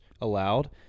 allowed